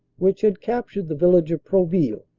which had captured the village of proville,